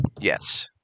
Yes